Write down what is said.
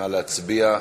נא להצביע.